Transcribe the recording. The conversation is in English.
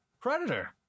Predator